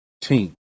team